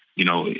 you know,